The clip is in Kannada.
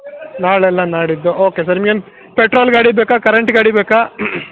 ನಾಳೆ ಅಲ್ಲ ನಾಡಿದ್ದು ಓಕೆ ಸರ್ ನಿಮ್ಗೇನು ಪೆಟ್ರೋಲ್ ಗಾಡಿ ಬೇಕಾ ಕರೆಂಟ್ ಗಾಡಿ ಬೇಕಾ